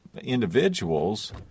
individuals